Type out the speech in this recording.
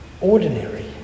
ordinary